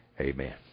Amen